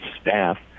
staff